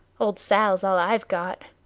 old sal's all i've got.